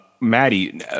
Maddie